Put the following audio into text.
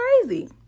crazy